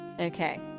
Okay